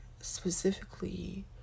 specifically